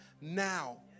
now